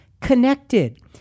connected